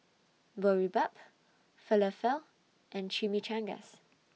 Boribap Falafel and Chimichangas